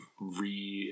Re